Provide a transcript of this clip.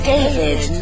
David